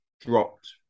dropped